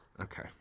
Okay